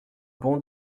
bon